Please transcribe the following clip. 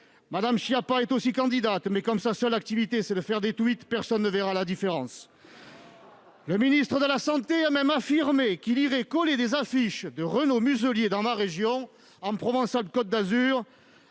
Mme Schiappa est aussi candidate, mais comme sa seule activité est de faire des tweets, personne ne verra la différence. Le ministre de la santé a même affirmé qu'il irait coller des affiches de Renaud Muselier dans ma région, en Provence-Alpes-Côte d'Azur.